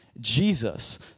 Jesus